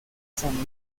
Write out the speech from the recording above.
san